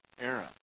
era